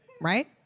right